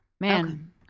Man